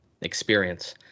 experience